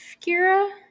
Kira